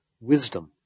Wisdom